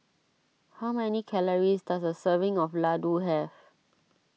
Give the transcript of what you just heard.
how many calories does a serving of Ladoo have